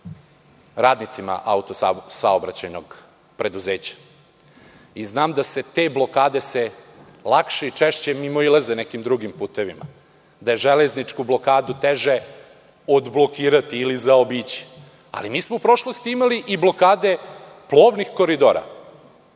radnicima „Auto-saobraćajnog preduzeća“. Znam da se te blokade lakše i češće mimoilaze nekim drugim putevima, da je železničku blokadu teže odblokirati ili zaobići, ali mi smo u prošlosti i mali i blokade plovnih koridora.